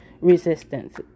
resistance